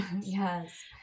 Yes